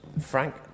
Frank